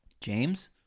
James